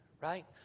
Right